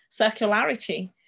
circularity